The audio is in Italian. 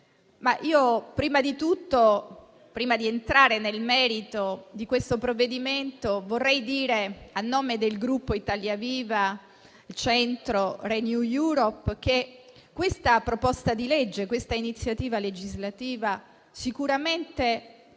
prima di entrare nel merito del provvedimento, vorrei dire, a nome del Gruppo Italia Viva-Il Centro-Renew Europe, che questa proposta di legge, questa iniziativa legislativa sicuramente ha